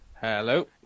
hello